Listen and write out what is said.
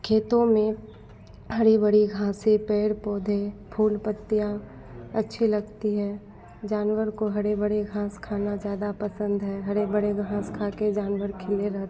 खेतों में हरी भरी घाँसें पेड़ पौधे फूल पत्तियाँ अच्छे लगती हैं जानवर को हरी भरी घाँस खाना ज़्यादा पसंद है हरी भरी घाँस खाकर जानवर खिले रहते हैं